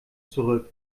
zurück